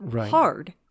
Hard